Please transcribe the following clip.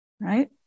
right